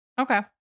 Okay